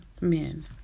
men